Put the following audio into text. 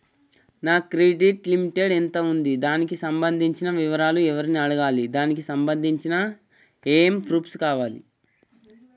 నా credit limit ఎంత ఉంది? దానికి సంబంధించిన వివరాలు ఎవరిని అడగాలి? దానికి సంబంధించిన ఏమేం ప్రూఫ్స్ కావాలి?